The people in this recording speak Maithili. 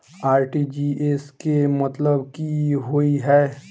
आर.टी.जी.एस केँ मतलब की होइ हय?